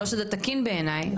לא שזה תקין בעיניי,